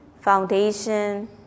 foundation